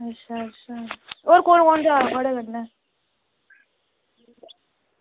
अच्छा अच्छा होर कु'न कुटन जा करदा थुआढ़े कन्नै